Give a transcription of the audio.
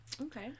Okay